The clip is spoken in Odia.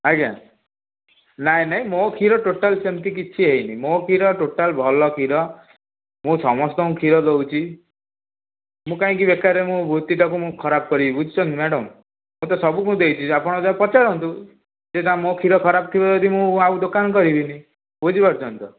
ଆଜ୍ଞା ନାହିଁ ନାହିଁ ମୋ କ୍ଷୀର ଟୋଟାଲ୍ ସେମିତି କିଛି ହେଇନି ମୋ କ୍ଷୀର ଟୋଟାଲ୍ ଭଲ କ୍ଷୀର ମୁଁ ସମସ୍ତଙ୍କୁ କ୍ଷୀର ଦେଉଛି ମୁଁ କାହିଁକି ବେକାରରେ ମୋ ବୃତ୍ତିଟାକୁ ମୁଁ ଖରାପ କରିବି ବୁଝୁଛନ୍ତି ମ୍ୟାଡ଼ାମ ମୁଁ ତ ସବୁଙ୍କୁ ଦେଇଛି ଆପଣ ପଚାରନ୍ତୁ ଯଦି ମୋ କ୍ଷୀର ଖରାପ ଥିବ ଯଦି ମୁଁ ଆଉ ଦୋକାନ କରିବିନି ବୁଝିପାରୁଛନ୍ତି ତ